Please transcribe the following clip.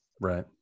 Right